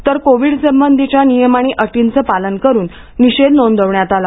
तर कोविड संबंधीच्या नियम आणि अटींचं पालन करून निषेध नोंदविण्यात आला